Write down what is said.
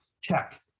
Check